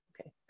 Okay